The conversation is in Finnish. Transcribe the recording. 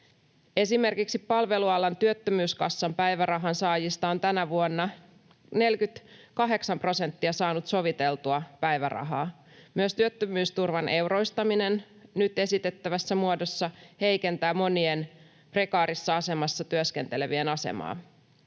Esimerkiksi Palvelualojen työttömyyskassan päivärahan saajista on tänä vuonna 48 prosenttia saanut soviteltua päivärahaa. Myös työttömyysturvan euroistaminen nyt esitettävässä muodossa heikentää monien prekaarissa asemassa työskentelevien asemaa.